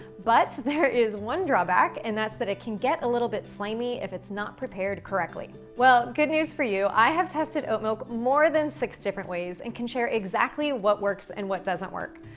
but there is one draw back and that's that it can get a little bit slimy if it's not prepared correctly. well, good news for you, i have tested oat milk more than six different ways and can share exactly what works and what doesn't work.